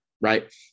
right